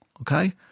okay